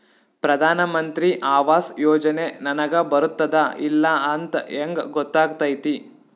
ಪ್ರಧಾನ ಮಂತ್ರಿ ಆವಾಸ್ ಯೋಜನೆ ನನಗ ಬರುತ್ತದ ಇಲ್ಲ ಅಂತ ಹೆಂಗ್ ಗೊತ್ತಾಗತೈತಿ?